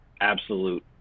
absolute